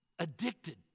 Addicted